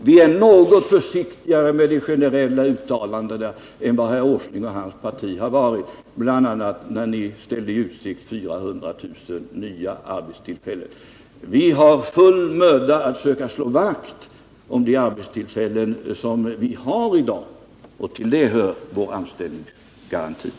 Vi är något försiktigare med de generella uttalandena än herr Åsling och hans parti har varit, bl.a. när ni ställde 400 000 nya arbetstillfällen i utsikt. Vi har gemensamt full möda att söka slå vakt om de arbetstillfällen vi i dag har, och till detta behöver vi anställningsgarantin.